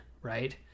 right